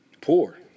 poor